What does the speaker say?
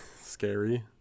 scary